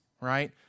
right